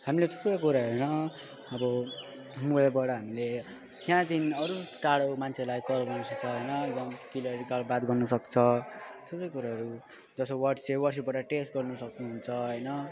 हामीले थुप्रै कुरा होइन अब मोबाइलबाट हामीले त्यहाँदेखि अरू टाढोको मान्छेहरूलाई कल गर्न सक्छ होइन बात गर्न सक्छ थुप्रै कुराहरू जस्तो वाट्सएप वाट्सएपबाट टेक्स्ट गर्न सक्नु हुन्छ होइन